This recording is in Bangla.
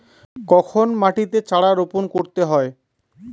কখন মাটিতে চারা রোপণ করতে হয়?